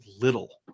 little